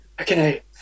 okay